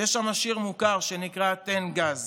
יש שם שיר מוכר שנקרא "תן גז",